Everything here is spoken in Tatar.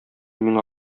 миңа